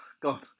God